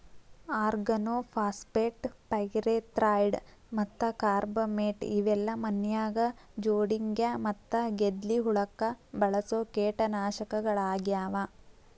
organophosphate, pyrethroid ಮತ್ತ carbamate ಇವೆಲ್ಲ ಮನ್ಯಾಗ ಜೊಂಡಿಗ್ಯಾ ಮತ್ತ ಗೆದ್ಲಿ ಹುಳಕ್ಕ ಬಳಸೋ ಕೇಟನಾಶಕಗಳಾಗ್ಯಾವ